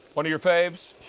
one of your faves?